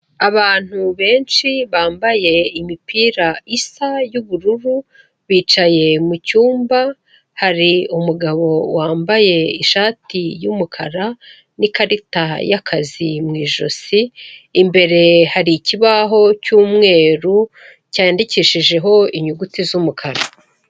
Abantu benshi bambaye imipira isa y'ubururu, bicaye mu cyumba, hari umugabo wambaye ishati y'umukara n'ikarita y'akazi mu ijosi, imbere hari ikibaho cy'umweru cyandikishijeho inyuguti z'umukara.